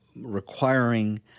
requiring